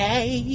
Hey